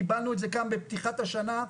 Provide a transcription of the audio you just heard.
קיבלנו את זה גם בפתיחת השנה.